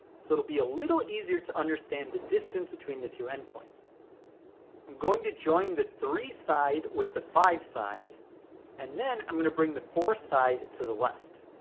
so it'll be a little easier to understand the distance between the two endpoints i'm going to join the three side with the five side and then i'm going to bring the four side to the left.